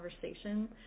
conversation